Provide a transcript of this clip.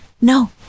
no